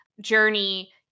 Journey